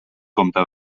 comte